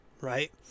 Right